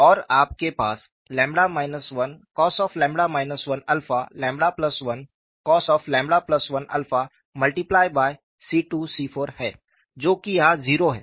और आपके पास 1cos 1 1cos1 multiply by C2 C4 है जो कि यहां जीरो है